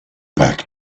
back